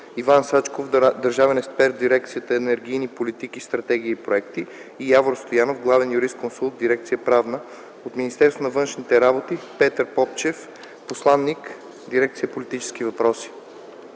Иван Сачков – държавен експерт в дирекция „Енергийни политики, стратегии и проекти”, и Явор Стоянов – главен юрисконсулт в дирекция „Правна”; от Министерство на външните работи – Петър Попчев – посланик, дирекция „Политически въпроси”.